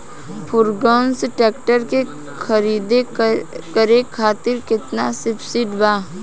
Ferguson tractor के खरीद करे खातिर केतना सब्सिडी बा?